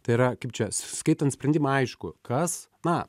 tai yra kaip čia skaitant sprendimą aišku kas na